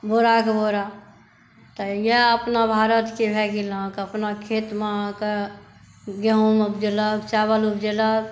बोरा के बोरा तऽ इएह अपना भारतके भए गेल अहाँके अपना खेतमे अहाँके गहुँम उपजेलक चावल उपजेलक